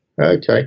Okay